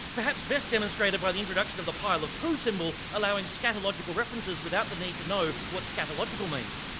perhaps best demonstrated by the introduction of the pile of poo symbol, allowing scatological references without the need to know what scatological means.